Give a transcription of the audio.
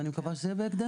ואני מקווה שזה יהיה בהקדם,